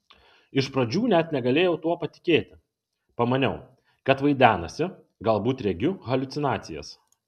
iš pradžių net negalėjau tuo patikėti pamaniau kad vaidenasi galbūt regiu haliucinacijas